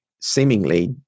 seemingly